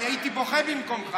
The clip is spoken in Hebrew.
אני הייתי בוכה במקומך.